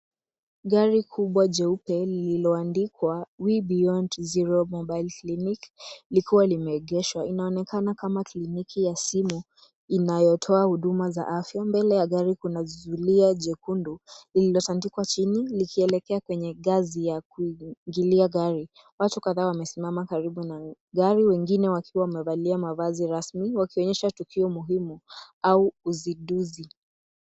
Gari kubwa jeupe lililoandikwa We Beyond Zero Mobile Clinic likiwa limeegeshwa. Inaonekana kama kliniki ya simu inayotoa huduma za afya. Mbele ya gari kuna zulia jekundu lililotandikwa chini likielekea kwenye ngazi ya kuingilia gari. Watu kadhaa wamesimama karibu na gari wengine wakiwa wamevalia mavazi rasmi wakionyesha tukio muhimu au uzinduzi.